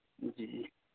جی